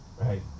right